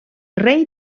rei